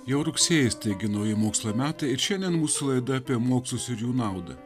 jau rugsėjis taigi nauji mokslo metai ir šiandien mūsų laida apie mokslus ir jų naudą